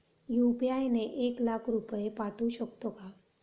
UPI ने एक लाख रुपये पाठवू शकतो का?